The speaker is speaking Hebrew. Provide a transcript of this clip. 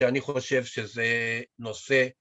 ‫שאני חושב שזה נושא